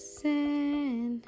sin